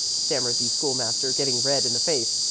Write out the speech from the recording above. stammered the school-master, getting red in the face.